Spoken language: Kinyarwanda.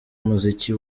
umuziki